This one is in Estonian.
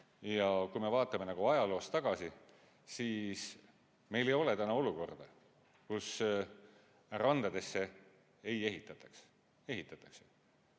Kui me vaatame ajaloos tagasi, siis meil ei ole täna olukorda, kus randadesse ei ehitataks. Ehitatakse.